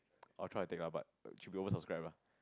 I will try to take ah but should be over subscribed lah